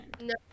No